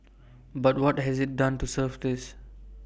but what has IT done to serve this